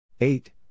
eight